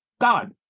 God